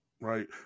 right